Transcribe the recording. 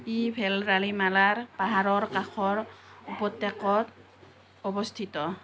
ই ভেললাৰিমালাৰ পাহাৰৰ কাষৰ উপত্যকাত অৱস্থিত